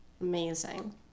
Amazing